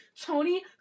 Tony